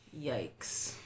Yikes